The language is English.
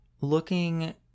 Looking